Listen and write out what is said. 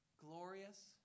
glorious